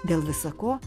dėl visa ko